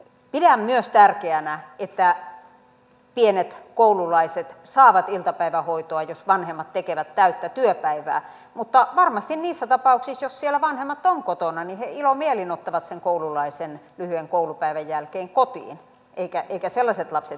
pidän myös tärkeänä että pienet koululaiset saavat iltapäivähoitoa jos vanhemmat tekevät täyttä työpäivää mutta varmasti niissä tapauksissa jos siellä vanhemmat ovat kotona he ilomielin ottavat sen koululaisen lyhyen koulupäivän jälkeen kotiin eivätkä sellaiset lapset jää iltapäivähoitoon